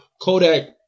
Kodak